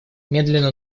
медленно